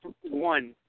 One